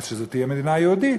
אז זאת תהיה מדינה יהודית.